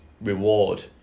reward